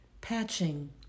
patching